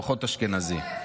פחות אשכנזי.